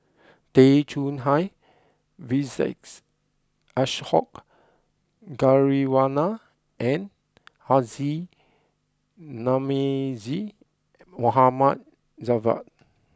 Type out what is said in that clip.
Tay Chong Hai Vijesh Ashok Ghariwala and Haji Namazie Mohd Javad